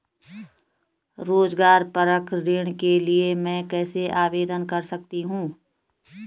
रोज़गार परक ऋण के लिए मैं कैसे आवेदन कर सकतीं हूँ?